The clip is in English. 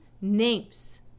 names